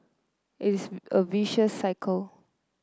it is a vicious cycle